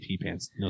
pants